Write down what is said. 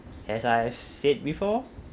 as I've said before